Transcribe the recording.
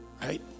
right